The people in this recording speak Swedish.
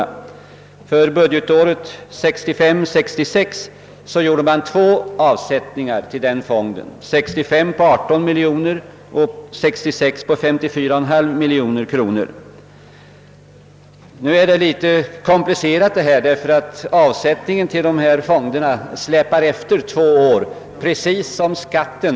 Under budgetåret 1965/66 gjordes två avsättningar till fonden — år 1965 avsattes 18 miljoner kronor och år 1966 avsattes 54,5 miljoner kronor. Frågan är komplicerad, eftersom avsättningen till fonderna släpar efter två år, precis som B-skatten.